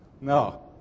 No